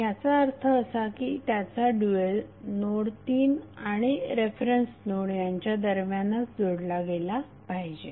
याचा अर्थ असा की त्याचा ड्यूएल नोड 3 आणि रेफरन्स नोड यांच्या दरम्यानच जोडला गेला पाहिजे